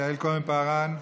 יעל כהן-פארן,